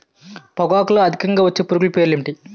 పొగాకులో అధికంగా వచ్చే పురుగుల పేర్లు ఏంటి